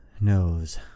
knows